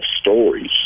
stories